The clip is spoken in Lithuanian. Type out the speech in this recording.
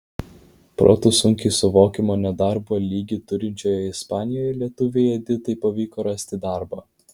protu sunkiai suvokiamo nedarbo lygį turinčioje ispanijoje lietuvei editai pavyko rasti darbą